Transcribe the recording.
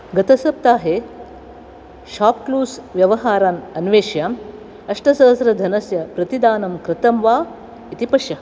गतसप्ताहे शोप्क्लूस् व्यवहारान् अन्वेष्य अष्टसहस्र धनस्य प्रतिदानं कृतं वा इति पश्य